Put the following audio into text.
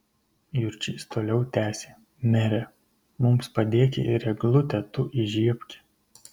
jurčys toliau tęsė mere mums padėki ir eglutę tu įžiebki